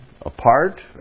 apart